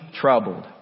troubled